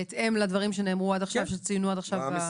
בהתאם לדברים שציינו עד עכשיו.